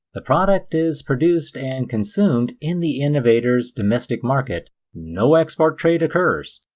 the product is produced and consumed in the innovator's domestic market no export trade occurs.